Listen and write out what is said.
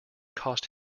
cost